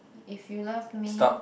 if you love me